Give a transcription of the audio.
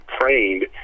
trained